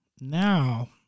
now